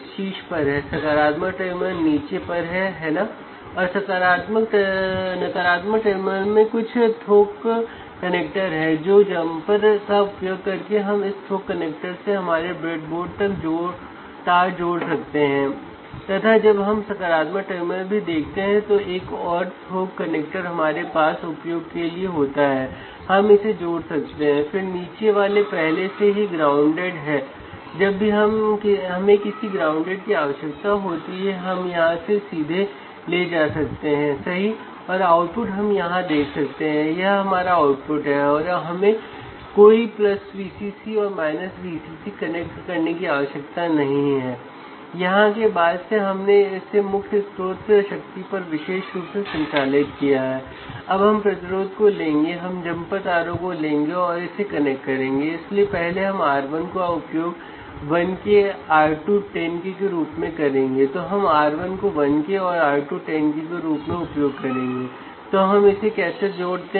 आप 2 टर्मिनल का उपयोग कर सकते हैं और तीसरे टर्मिनल को ग्राउंड कर सकते हैं या 2 टर्मिनल को आप शॉर्ट कर सकते हैं और एक टर्मिनल का उपयोग कर सकते हैं